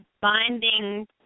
binding